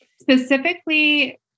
Specifically